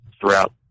throughout